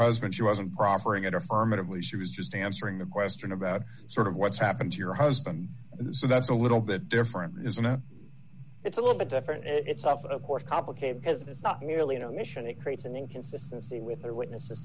husband she wasn't proper and it affirmatively she was just answering a question about sort of what's happened to your husband so that's a little bit different isn't it it's a little bit different it's off of course complicated because it's not merely an omission it creates an inconsistency with their witness